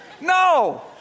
No